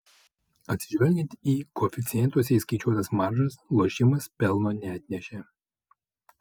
atsižvelgiant į koeficientuose įskaičiuotas maržas lošimas pelno neatnešė